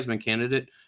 candidate